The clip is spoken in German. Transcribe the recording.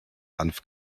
hanf